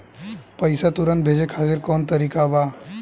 पैसे तुरंत भेजे खातिर कौन तरीका बा?